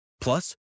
Plus